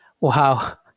Wow